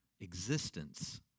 Existence